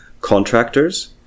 contractors